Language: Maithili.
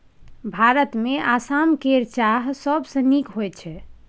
भारतमे आसाम केर चाह सबसँ नीक होइत छै